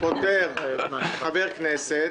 עכשיו אנחנו בפיזור הכנסת.